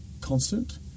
constant